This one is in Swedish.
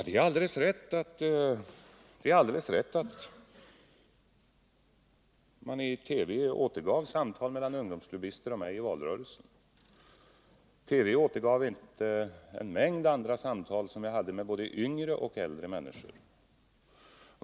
Det är alldeles riktigt att man i TV återgav samtal mellan ungdomsklubbister och mig i valrörelsen. Men TV återgav inte en mängd andra samtal som jag hade med både yngre och äldre människor.